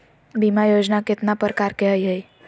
बीमा योजना केतना प्रकार के हई हई?